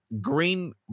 green